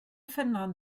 ffynnon